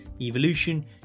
evolution